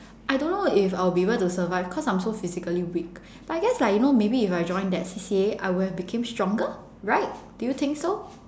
I don't know if I'll be able to survive cause I'm so physically weak but I guess like you know maybe if I join that C_C_A I would have became stronger right do you think so